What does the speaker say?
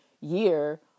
year